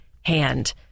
hand